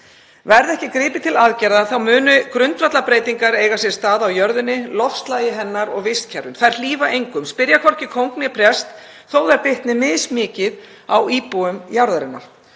Verði ekki gripið til aðgerða munu grundvallarbreytingar eiga sér stað á jörðinni, loftslagi hennar og vistkerfum. Þær hlífa engum, spyrja hvorki kóng né prest, þó að þær bitni mismikið á íbúum jarðarinnar.